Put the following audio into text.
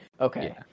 Okay